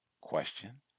Question